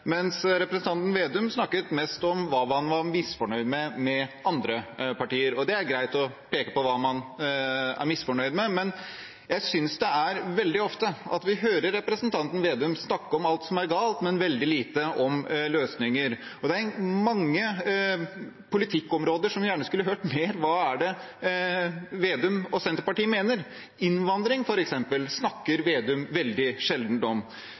mens representanten Vedum snakket mest om hva han var misfornøyd med med andre partier. Det er greit å peke på hva man er misfornøyd med, men jeg synes vi veldig ofte hører representanten Slagsvold Vedum snakke om alt som er galt, men veldig lite om løsninger. Det er mange politikkområder der jeg gjerne skulle hørt mer om hva Vedum og Senterpartiet mener. Innvandring, f.eks., snakker Vedum veldig sjelden om.